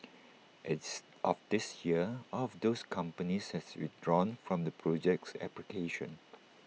as of this year all of those companies has withdrawn from the project's application